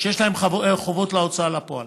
שיש להן חובות להוצאה לפועל,